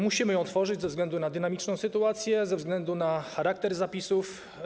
Musimy ją tworzyć ze względu na dynamiczną sytuację, ze względu na charakter zapisów.